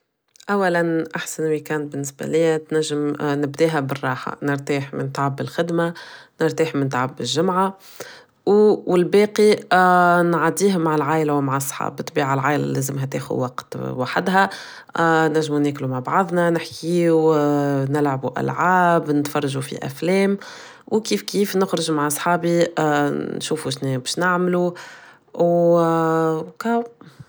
أولا أحسن ويك إند بالنسبة ليا تنجم نبداها بالراحة نرتاح من تعب الخدمة نرتاح من تعب الجمعة والباقي نعاديها مع العائلة ومع الصحاب بطبيعة العائلة لازمها تاخوا وقت وحدها نجم نأكلوا مع بعضنا نحكي و نلعبوا ألعاب نتفرجوا في أفلام وكيف كيف نخرجو مع أصحابي نشوفوا شنو بش نعملو وكاهاو.